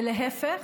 להפך,